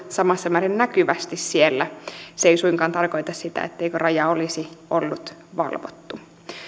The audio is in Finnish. samassa määrin näkyvästi ollut se ei suinkaan tarkoita sitä etteikö raja olisi ollut valvottu